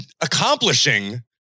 accomplishing